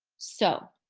so,